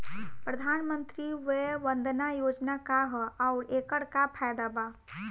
प्रधानमंत्री वय वन्दना योजना का ह आउर एकर का फायदा बा?